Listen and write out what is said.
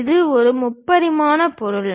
இது ஒரு முப்பரிமாண பொருள்